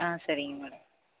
ஆ சரிங்க மேடம்